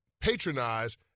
patronize